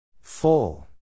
Full